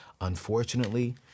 unfortunately